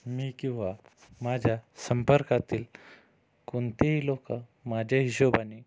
मी किंवा माझ्या संपर्कातील कोणतेही लोकं माझ्या हिशोबाने